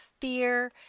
fear